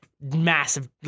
massive